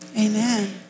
Amen